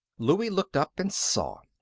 louie looked up and saw.